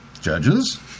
Judges